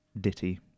ditty